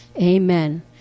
Amen